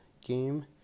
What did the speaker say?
game